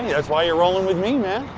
yeah that's why you're rolling with me, man.